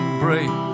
break